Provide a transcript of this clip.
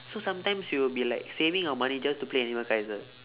so sometimes we will be like saving our money just to play animal kaiser